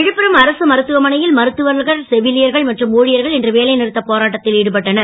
விழுப்பரம் அரசு மருத்துவமனையில் மருத்துவர்கள் செவிலியர்கள் மற்றும் ஊழியர்கள் இன்று வேலைநிறுத்தப் போராட்டத்தில் ஈடுபட்டனர்